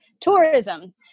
Tourism